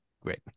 Great